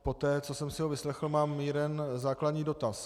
Poté, co jsem si ho vyslechl, mám jeden základní dotaz.